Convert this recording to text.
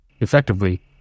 effectively